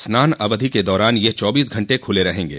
स्नान अवधि के दौरान ये चौबीस घंटे खुले रहेंगे